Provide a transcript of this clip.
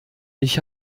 ich